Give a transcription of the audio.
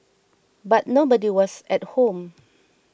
but nobody was at home